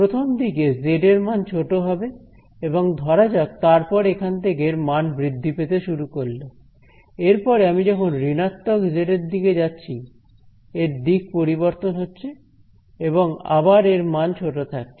প্রথমদিকে জেড এর মান ছোট হবে এবং ধরা যাক তারপরে এখান থেকে এর মান বৃদ্ধি পেতে শুরু করল এরপরে আমি যখন ঋণাত্মক জেড এর দিকে যাচ্ছি এর দিক পরিবর্তন হচ্ছে এবং আবার এর মান ছোট থাকছে